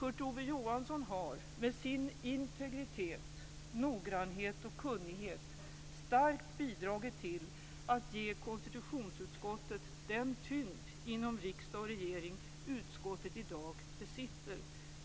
Kurt Ove Johansson har med sin integritet, noggrannhet och kunnighet starkt bidragit till att ge konstitutionsutskottet den tyngd inom riksdag och regering som utskottet i dag besitter,